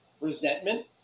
resentment